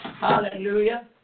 Hallelujah